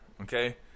okay